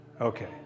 Okay